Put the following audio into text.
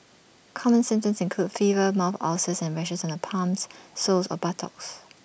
common symptoms include fever mouth ulcers and rashes on the palms soles or buttocks